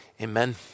Amen